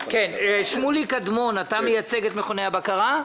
שמוליק אדמון, אתה מייצג את מכוני הבקרה?